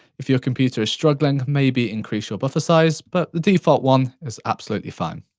if your computer is struggling, maybe increase your buffer size. but the default one is absolutely fine.